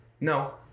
No